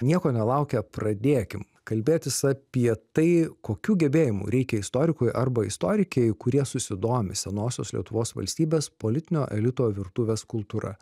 nieko nelaukę pradėkim kalbėtis apie tai kokių gebėjimų reikia istorikui arba istorikei kurie susidomi senosios lietuvos valstybės politinio elito virtuvės kultūra